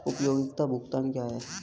उपयोगिता भुगतान क्या हैं?